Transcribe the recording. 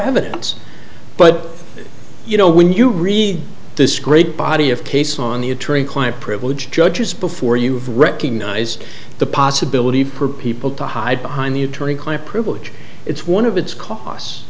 evidence but you know when you read this great body of case on the attorney client privilege judges before you have recognized the possibility for people to hide behind the attorney client privilege it's one of its costs